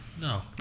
No